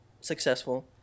successful